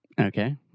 Okay